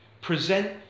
present